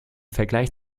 vergleich